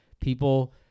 people